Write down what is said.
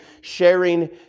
sharing